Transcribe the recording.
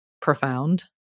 profound